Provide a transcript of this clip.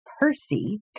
Percy